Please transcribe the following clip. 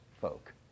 folk